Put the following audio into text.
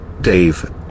dave